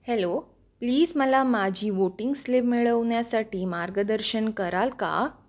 hello please मला माझी voting slip मिळवण्यासाठी मार्गदर्शन कराल का